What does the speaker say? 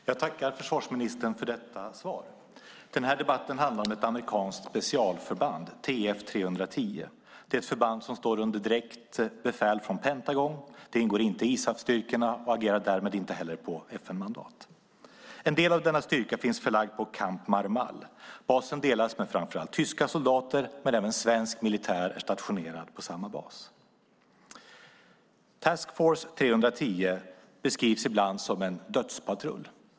Herr talman! Jag tackar försvarsministern för svaret. Denna debatt handlar om ett amerikanskt specialförband, TF 3-10 - ett förband som står under Pentagons direkta befäl. Det ingår inte ingår i ISAF-styrkorna och agerar därmed inte på FN-mandat. En del av denna styrka är förlagd till Camp Marmal. Basen delas med framför allt tyska soldater, men även svensk militär är stationerad på basen. Task Force 3-10 beskrivs ibland som en dödspatrull.